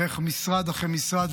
ואיך משרד אחרי משרד,